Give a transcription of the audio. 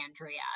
Andrea